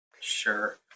Sure